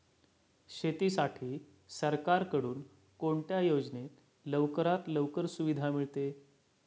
शेतीसाठी सरकारकडून कोणत्या योजनेत लवकरात लवकर सुविधा मिळते?